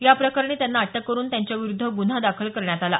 याप्रकरणी त्यांना अटक करून त्यांच्याविरुद्ध गुन्हा दाखल करण्यात आला